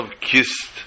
kissed